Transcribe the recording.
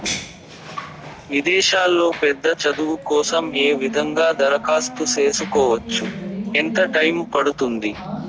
విదేశాల్లో పెద్ద చదువు కోసం ఏ విధంగా దరఖాస్తు సేసుకోవచ్చు? ఎంత టైము పడుతుంది?